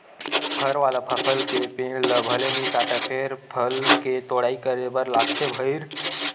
फर वाला फसल के पेड़ ल भले नइ काटय फेर फल के तोड़ाई करे बर लागथे भईर